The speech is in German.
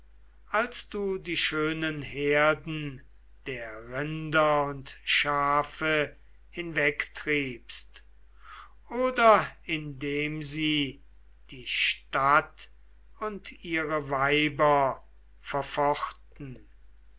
als du die schönen herden der rinder und schafe hinwegtriebst oder indem sie die stadt und ihre weiber verfochten